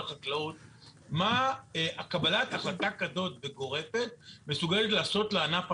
אולי אפשר לתת לעורכת דין דנה רוטשילד מהמחלקה הפלילית להשלים?